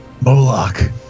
Moloch